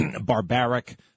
barbaric